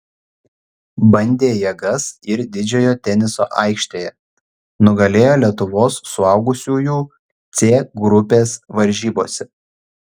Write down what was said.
bandė jėgas ir didžiojo teniso aikštėje nugalėjo lietuvos suaugusiųjų c grupės varžybose